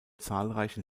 zahlreichen